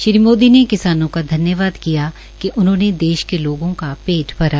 श्री मोदी ने किसानों का धन्यवाद किया कि उन्होंने देश के लोगों का पेट भरा